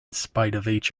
spite